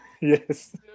Yes